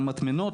והמטמנות,